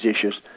issues